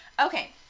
Okay